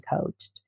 coached